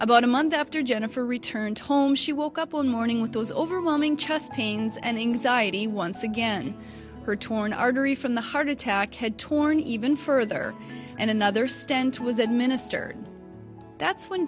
about a month after jennifer returned home she woke up one morning with those overwhelming chest pains and anxiety once again her torn artery from the heart attack had torn even further and another stent was administered that's